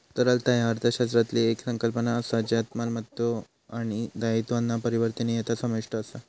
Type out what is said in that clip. तरलता ह्या अर्थशास्त्रातली येक संकल्पना असा ज्यात मालमत्तो आणि दायित्वांचा परिवर्तनीयता समाविष्ट असा